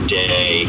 day